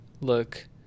look